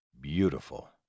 Beautiful